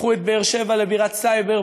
הפכו את באר-שבע לבירת סייבר,